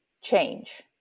change